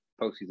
postseason